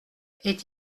est